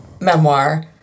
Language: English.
memoir